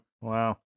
Wow